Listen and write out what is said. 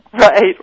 Right